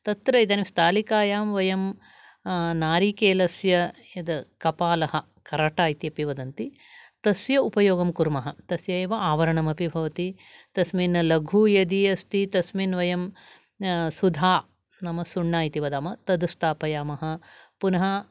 तत्र इदानीं स्थालिकायां वयं नारिकेलस्य यद् कपालः कराटा इत्यपि वदन्ति तस्य उपयोगं कुर्मः तस्य एव आवरणमपि भवति तस्मिन् लघु यदि अस्ति तस्मिन् वयं सुधा नाम सुण्णा इति वदामः तद् स्थापयामः पुनः